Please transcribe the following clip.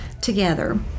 together